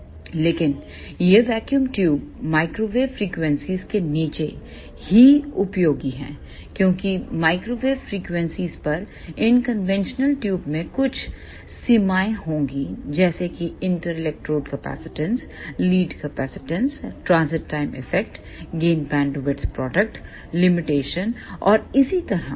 लेकिन ये vacuum tube microwave frequency के नीचे ही उपयोगी हैं क्योंकि माइक्रोवेव फ़्रिक्वेंसी पर इन कन्वेंशनल ट्यूबमें कुछ सीमाएँ होंगी जैसे कि inter electrode capacitance lead inductance transit time effect gain bandwidth product limitation और इसी तरह